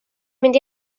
mynd